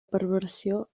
perversió